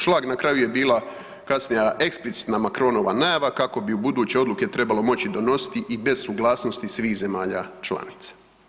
Šlag na kraju je bila kasnija eksplicitna Macronova najava kako bi ubuduće odluke trebalo moći donositi i bez suglasnosti svih zemalja članica.